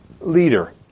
leader